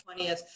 20th